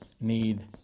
need